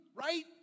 right